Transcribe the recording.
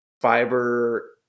Fiber